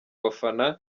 bafana